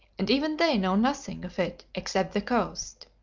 and even they know nothing of it except the coast.